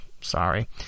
Sorry